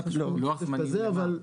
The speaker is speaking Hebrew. לוח זמנים למה?